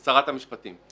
שרת המשפטים.